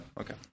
Okay